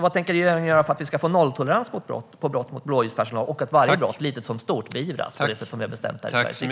Vad tänker regeringen göra för att vi ska få nolltolerans mot brott mot blåljuspersonal och att varje brott, litet som stort, beivras på det sätt som vi har bestämt här i Sveriges riksdag?